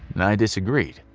and i disagreed.